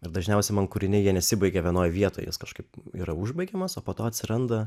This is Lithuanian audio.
ir dažniausiai man kūriniai jie nesibaigia vienoj vietoj juos kažkaip yra užbaigiamas o po to atsiranda